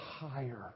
higher